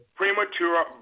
premature